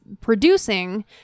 producing